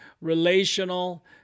relational